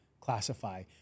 classify